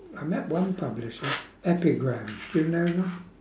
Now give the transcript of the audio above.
I met one publisher epigram do you know them